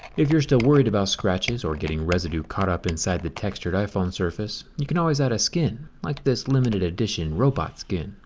if you're still worried about scratches or getting reside caught up inside the textured iphone surface, you can always add a skin like this limited edition robot skin.